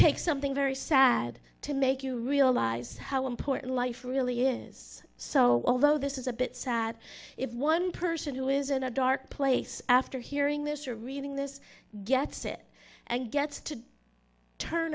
takes something very sad to make you realize how important life really is so although this is a bit sad if one person who is in a dark place after hearing this or reading this gets it and gets to turn